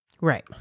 right